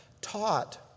taught